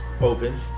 open